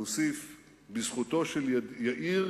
והוא הוסיף: "בזכותו של יאיר